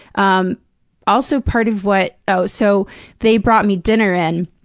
um also, part of what oh, so they brought me dinner in,